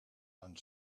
and